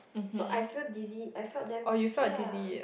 so I feel dizzy I felt damn dizzy ah